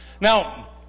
Now